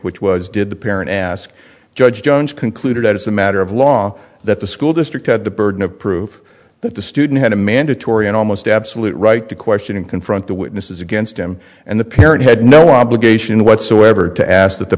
which was did the parent ask judge jones concluded as a matter of law that the school district had the burden of proof that the student had a mandatory and almost absolute right to question and confront the witnesses against him and the parent had no obligation whatsoever to ask that the